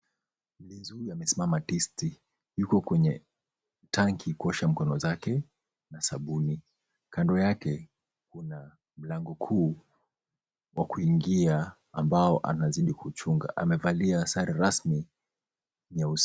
Mlinzi huyu amesimama tisti. Yuko kwenye tanki kuosha mikono zake na sabuni. Kando yake kuna mlango kuu wa kuingia ambao anazidi kuchunga. Amevalia sare rasmi nyeusi.